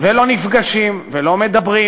ולא נפגשים ולא מדברים.